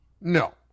No